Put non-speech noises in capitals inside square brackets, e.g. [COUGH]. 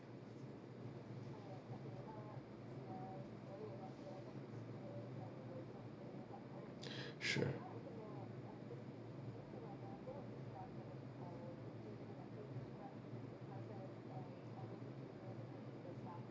[BREATH] sure